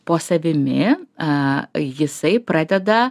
po savimi a jisai pradeda